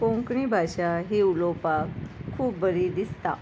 कोंकणी भाशा ही उलोवपाक खूब बरी दिसता